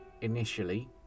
initially